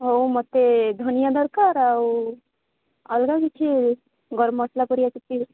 ହଉ ମୋତେ ଧନିଆ ଦରକାର ଆଉ ଅଲଗା କିଛି ଗରମ ମସଲା ପରିକା କିଛି